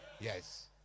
Yes